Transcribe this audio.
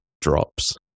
drops